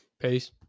Peace